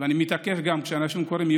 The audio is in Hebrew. אני רוצה להגיד לכם,